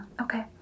Okay